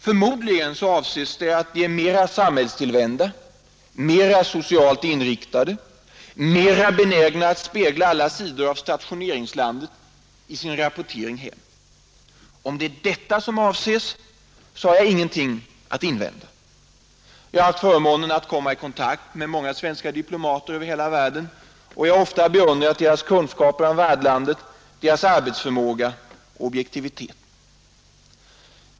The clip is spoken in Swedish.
Förmodligen avses att de är mera samhällstillvända, mera socialt inriktade, mera benägna att spegla alla sidor av staioneringslandet i sin rapportering hem. Om det är detta som avses, så har jag ingenting att invända. Jag har haft förmånen att komma i kontakt med många svenska diplomater över hela världen och har ofta beundrat deras kunskaper om värdlandet, deras arbetsförmåga och objektivitet.